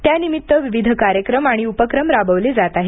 त्यानिमित्त विविध कार्यक्रम आणि उपक्रम राबवले जात आहेत